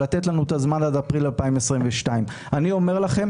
לתת לנו את הזמן עד אפריל 2022. אני אומר לכם,